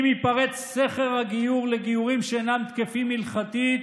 אם ייפרץ סכר הגיור לגיורים שאינם תקפים הלכתית,